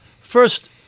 First